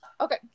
okay